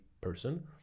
person